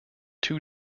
two